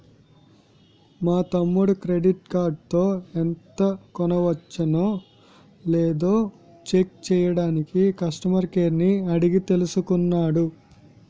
మా తమ్ముడు క్రెడిట్ కార్డులో ఎంత కొనవచ్చునో లేదో చెక్ చెయ్యడానికి కష్టమర్ కేర్ ని అడిగి తెలుసుకున్నాడు